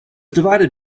divided